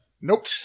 Nope